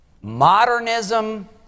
modernism